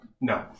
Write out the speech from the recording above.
No